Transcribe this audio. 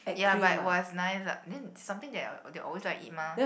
ya but it was nice ah then something that I would always like to eat mah